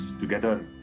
together